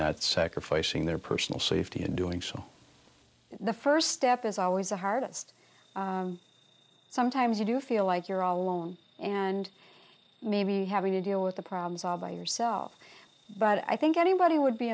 not sacrificing their personal safety in doing so the first step is always the hardest sometimes you do feel like you're all alone and maybe having to deal with the problem solver yourself but i think anybody would be